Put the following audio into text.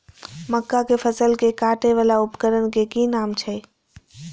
मक्का के फसल कै काटय वाला उपकरण के कि नाम छै?